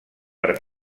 per